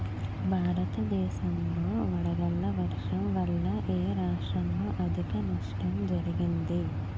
భారతదేశం లో వడగళ్ల వర్షం వల్ల ఎ రాష్ట్రంలో అధిక నష్టం జరిగింది?